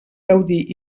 gaudir